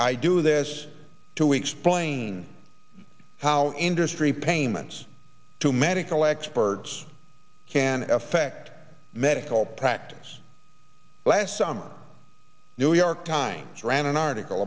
i do this to explain how industry payments to medical experts can affect medical practice last summer new york times ran an article